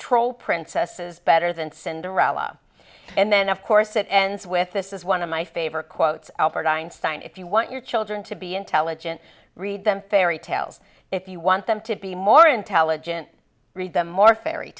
troll princesses better than cinderella and then of course it ends with this is one of my favorite quotes albert einstein if you want your children to be intelligent read them fairy tales if you want them to be more intelligent read them more fairy